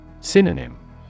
Synonym